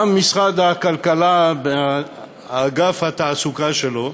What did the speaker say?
גם משרד הכלכלה ואגף התעסוקה שלו.